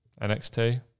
NXT